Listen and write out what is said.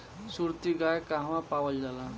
सुरती गाय कहवा पावल जाला?